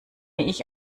ich